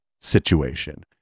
situation